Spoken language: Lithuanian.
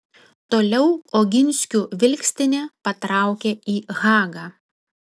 toliau oginskių vilkstinė patraukė į hagą